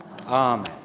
amen